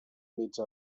mig